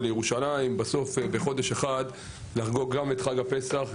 בחודש אחד לחגוג גם את פסח,